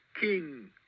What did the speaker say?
king